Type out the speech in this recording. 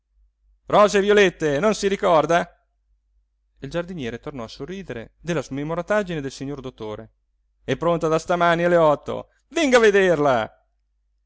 rose e violette non si ricorda e il giardiniere tornò a sorridere della smemorataggine del signor dottore è pronta da stamani alle otto venga a vederla